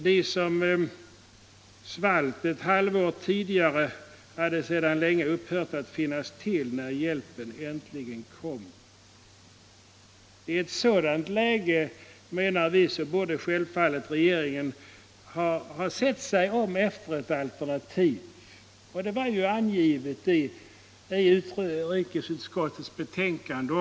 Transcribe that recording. De som svalt redan ett halvår tidigare hade för länge sedan upphört att finnas till när hjälpen = Utrikesfrågor m.m. äntligen kom. Vi menar att regeringen i ett sådant läge självfallet borde ha sett sig om efter ett alternativ, och ett sådant var ju också angivet i utrikesutskottets betänkande.